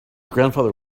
grandfather